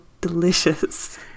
delicious